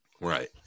right